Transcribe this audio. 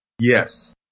Yes